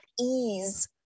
ease